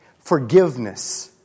Forgiveness